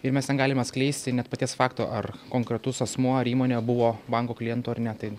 ir mes negalim atskleisti net paties fakto ar konkretus asmuo ar įmonė buvo banko klientu ar ne tai